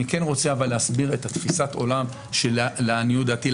אני כן רוצה להסביר את תפיסת העולם שלעניות דעתי,